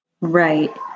Right